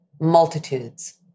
multitudes